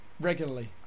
Regularly